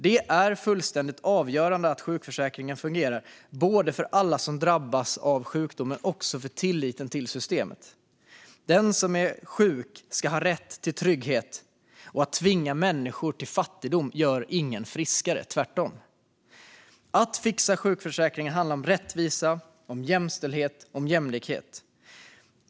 Det är fullständigt avgörande att sjukförsäkringen fungerar, både för alla som drabbas av sjukdom och för tilliten till systemet. Den som är sjuk ska ha rätt till trygghet. Att tvinga människor till fattigdom gör ingen friskare - tvärtom. Att fixa sjukförsäkringen handlar om rättvisa, om jämställdhet och om jämlikhet.